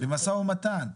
במשא ומתן,